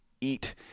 eat